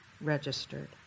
registered